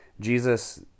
jesus